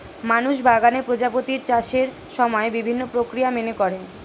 মানুষ বাগানে প্রজাপতির চাষের সময় বিভিন্ন প্রক্রিয়া মেনে করে